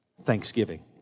thanksgiving